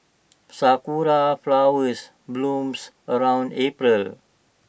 Sakura Flowers blooms around April